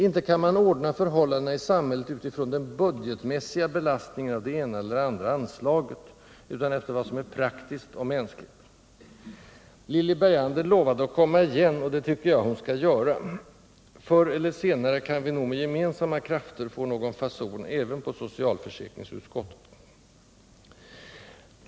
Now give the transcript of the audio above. Inte kan man ordna förhållandena i samhället utifrån den budgetmässiga belastningen av det ena eller det andra anslaget, utan efter vad som är praktiskt och mänskligt. Lilly Bergander lovade att komma igen, och det tycker jag att hon skall göra. Förr eller senare kan vi nog med gemensamma krafter få någon fason även på socialförsäkringsutskottet.